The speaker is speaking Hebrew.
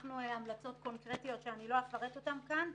הנחנו המלצות קונקרטיות שאני לא אפרט אותן כאן.